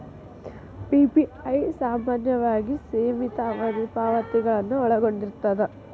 PPI ಸಾಮಾನ್ಯವಾಗಿ ಸೇಮಿತ ಅವಧಿಗೆ ಪಾವತಿಗಳನ್ನ ಒಳಗೊಂಡಿರ್ತದ